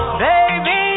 baby